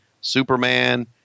Superman